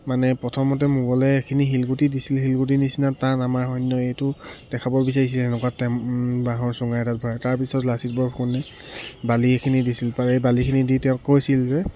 মানে প্ৰথমতে মোগলে এইখিনি শিলগুটি দিছিল শিলগুটি নিচিনা টান আমাৰ সৈন্য এইটো দেখাব বিচাৰিছিল এনেকুৱা টেম বাঁহৰ চুঙা এটাত ভৰাই তাৰপিছত লাচিত বৰফুকনে বালি এখিনি দিছিল এই বালিখিনি দি তেওঁক কৈছিল যে